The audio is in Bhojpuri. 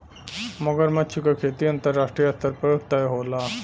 मगरमच्छ क खेती अंतरराष्ट्रीय स्तर पर होला